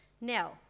now